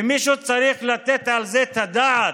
ומישהו צריך לתת על זה את הדעת.